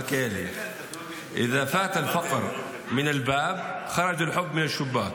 מלכיאלי (אומר בשפה הערבית:)